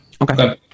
Okay